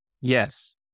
Yes